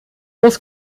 muss